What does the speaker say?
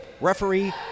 Referee